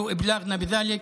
נא להודיע לנו על כך.